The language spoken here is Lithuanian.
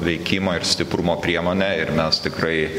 veikimo ir stiprumo priemonė ir mes tikrai